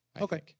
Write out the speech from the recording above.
okay